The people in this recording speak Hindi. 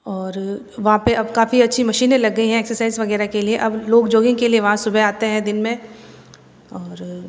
और वहाँ पे अब काफ़ी अच्छी मशीने लग गई हैं एक्सरसाइज़ वगैरह के लिए अब लोग जॉगिंग के लिए वहाँ सुबह आते हैं दिन में और